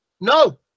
no